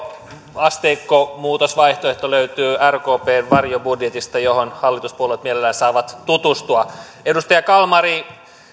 veroasteikkomuutosvaihtoehto löytyy rkpn varjobudjetista johon hallituspuolueet mielellään saavat tutustua edustaja kalmari